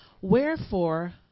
Wherefore